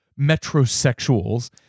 metrosexuals